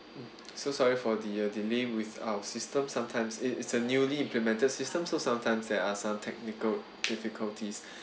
mm so sorry for the uh delay with our system sometimes it is a newly implemented system so sometimes there are some technical difficulties